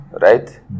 right